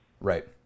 Right